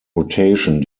rotation